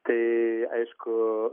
tai aišku